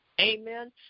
Amen